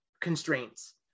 constraints